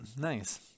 Nice